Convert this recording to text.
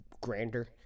grander